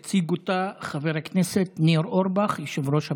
יציג אותה חבר הכנסת ניר אורבך, יושב-ראש הוועדה,